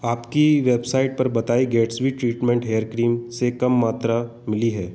आपकी वेबसाइट पर बताई गैट्सबी ट्रीटमेंट हेयर क्रीम से कम मात्रा मिली है